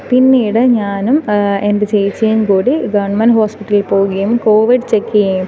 പിന്നീട് ഞാനും എൻ്റെ ചേച്ചിയും കൂടി ഗവൺമെൻ്റ് ഹോസ്പിറ്റലിൽ പോകുകയും കോവിഡ് ചെക്ക് ചെയ്യുകയും